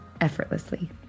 effortlessly